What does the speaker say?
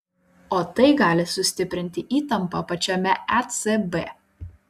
o tai gali sustiprinti įtampą pačiame ecb